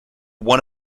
one